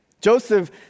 Joseph